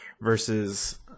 versus